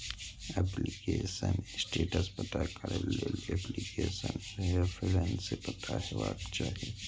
application status पता करै लेल एप्लीकेशन रेफरेंस पता हेबाक चाही